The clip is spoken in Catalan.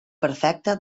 perfecta